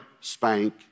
spank